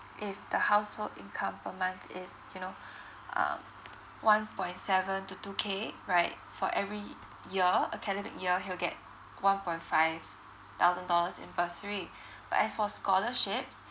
if the household income per month is you know um one point seven two two K right for every year academic year he'll get one point five thousand dollars in bursary but as for scholarships